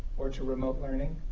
or to remote learning,